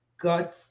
God